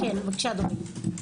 בבקשה, אדוני.